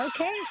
okay